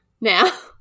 now